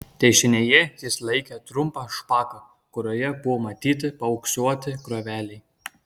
dešinėje jis laikė trumpą špagą kurioje buvo matyti paauksuoti grioveliai